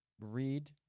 read